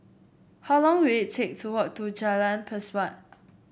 how long will it take to walk to Jalan Pesawat